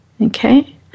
okay